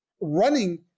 running